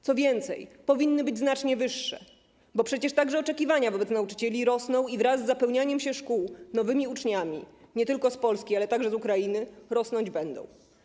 Co więcej, powinny być znacznie wyższe, bo przecież także oczekiwania wobec nauczycieli rosną wraz z zapełnianiem się szkół nowymi uczniami, i to nie tylko z Polski, ale także z Ukrainy, i rosnąć będą.